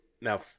now